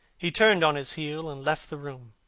he turned on his heel and left the room.